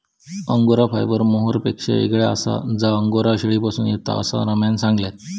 angora fibre मोहायरपेक्षा येगळा आसा जा अंगोरा शेळीपासून येता, असा रम्यान सांगल्यान